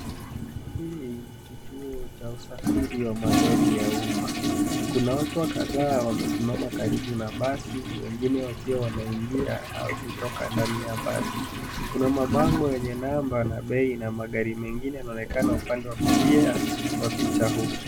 Hii ni kituo cha usafiri wa magari ya umma. Kuna watu wa kadhaa wamesimama karibu na basi wengine wakiwa wanaingia ua kutoka ndani ya basi. Kuna mabango yenye namba na bei na magari mengine yanaonekana upande wa kulia wa picha huu.